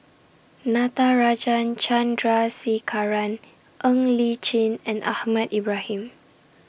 Natarajan Chandrasekaran Ng Li Chin and Ahmad Ibrahim